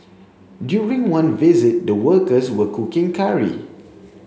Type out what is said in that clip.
during one visit the workers were cooking curry